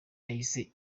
yahise